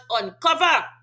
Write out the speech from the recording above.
uncover